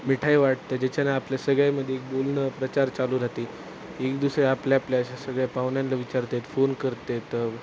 मिठाई वाटते ज्याच्याने आपल्या सगळ्यामध्ये बोलणं प्रचार चालू राहते एक दुसरे आपल्या आपल्याशा सगळ्या पाहुण्यांना विचारतात फोन करतात